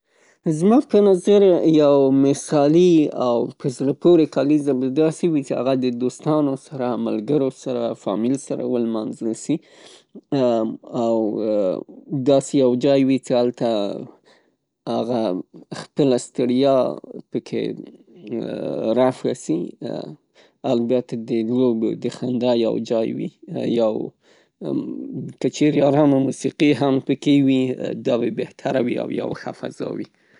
زما په نظریو مثالي او په زړه پورې کلیزه به داسې وي چې هغه د دوستانو سره، ملګرو سره فامیل سره، ونمانځل شي او داسې یو جای وي چې هلته هغه خپله سټړیا پکې رفع شي البته د لوبو د خنده یو جای وي یا که چیرې آرامه موسیقي هم پکې وي دا به بهتره وي او ښه فضا وي.